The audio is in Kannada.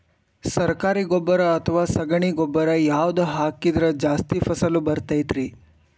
ಸರಕಾರಿ ಗೊಬ್ಬರ ಅಥವಾ ಸಗಣಿ ಗೊಬ್ಬರ ಯಾವ್ದು ಹಾಕಿದ್ರ ಜಾಸ್ತಿ ಫಸಲು ಬರತೈತ್ರಿ?